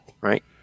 right